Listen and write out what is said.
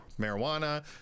marijuana